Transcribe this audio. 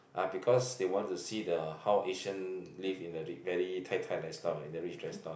ah because they want to see the how Asian live in the very Tai-Tai lifestyle in the rich lifestyle